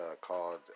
called